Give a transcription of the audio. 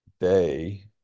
day